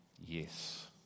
Yes